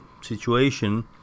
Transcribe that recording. situation